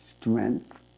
strength